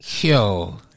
Yo